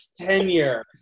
tenure